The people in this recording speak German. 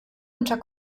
unter